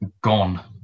gone